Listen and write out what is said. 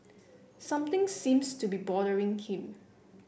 something seems to be bothering him